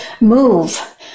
move